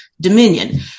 dominion